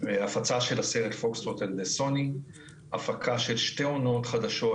הפצה של הסרט Foxtrot and the Son; הפקה של שתי עונות חדשות